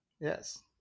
Yes